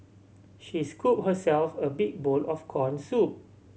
she scooped herself a big bowl of corn soup